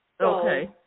Okay